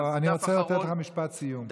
לא, אני רוצה לתת לך משפט סיום.